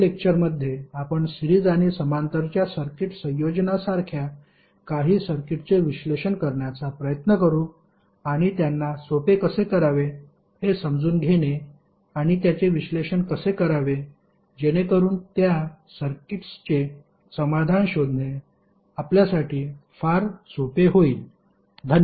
पुढील लेक्टरमध्ये आपण सिरीज आणि समांतरांच्या सर्किट संयोजनासारख्या काही सर्किटचे विश्लेषण करण्याचा प्रयत्न करू आणि त्यांना सोपे कसे करावे हे समजून घेणे आणि त्यांचे विश्लेषण कसे करावे जेणेकरून त्या सर्किट्सचे समाधान शोधणे आपल्यासाठी फार सोपे होईल